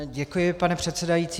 Děkuji, pane předsedající.